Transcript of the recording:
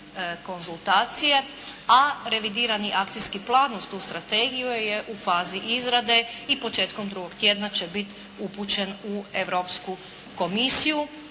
konzultacije, a revidirani akcijski plan uz tu strategiju je u fazi izrade i početkom drugog tjedna će biti upućen u Europsku komisiju.